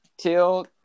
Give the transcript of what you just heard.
till